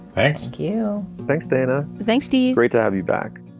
thank you. thanks, dana. thanks, steve. great to have you back